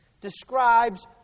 describes